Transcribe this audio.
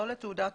לא לתעודת פטירה.